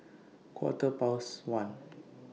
Quarter Past one